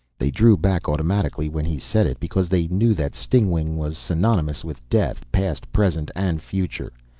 they drew back automatically when he said it. because they knew that stingwing was synonymous with death. past, present and future.